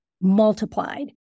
multiplied